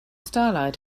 starlight